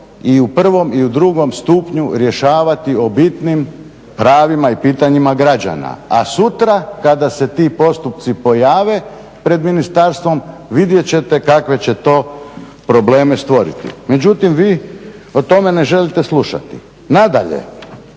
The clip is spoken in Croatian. i u prvom i u drugom stupnju rješavati o bitnim pravima i pitanjima građana. A sutra kada se ti postupci pojave pred ministarstvom, vidjet ćete kakve će to probleme stvoriti. Međutim vi o tome ne želite slušati. Nadalje,